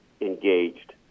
engaged